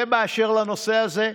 זה באשר לנושא הזה.